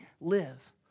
live